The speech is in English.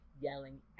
yelling